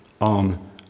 on